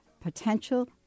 potential